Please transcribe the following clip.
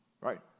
Right